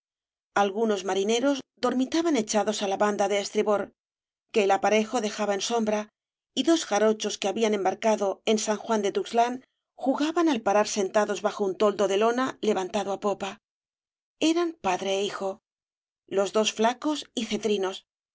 algunos marineros dormitaban echados á la banda de estribor que el aparejo dejaba en sombra y dos jarochos que habían embarcado en san juan de tuxtlan jugaban al parar sentados bajo un toldo de lona levantado á popa eran padre é hijo los dos flacos y cetrinos